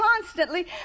constantly